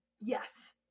Yes